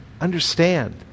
Understand